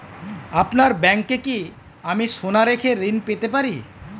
আপনার ব্যাংকে কি আমি সোনা রেখে ঋণ পেতে পারি?